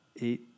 eight